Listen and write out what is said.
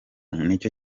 nicyo